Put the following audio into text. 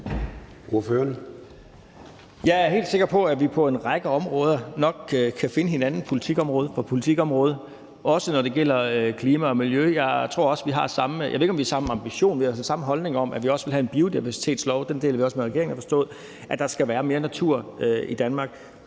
Jeg er helt sikker på, at vi på en række områder nok kan finde hinanden, politikområde for politikområde, også når det gælder klima og miljø. Jeg ved ikke, om vi har samme ambition, men vi har i hvert fald samme holdning om, at vi også vil have en biodiversitetslov – og den deler vi også med regeringen, har jeg forstået – der